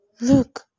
look